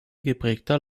geprägter